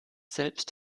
selbst